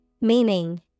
Meaning